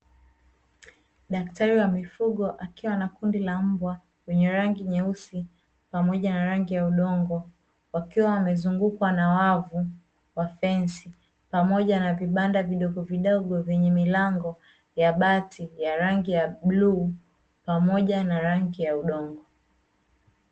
Daktari wa mifugo, akiwa na kundi la mbwa wenye rangi nyeusi pamoja na rangi ya udongo, wakiwa wamezungukwa na wavu wa fensi pamoja na vibanda vidogovidogo vyenye milango ya bati ya rangi ya bluu pamoja na rangi ya udongo.